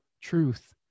truth